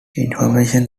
information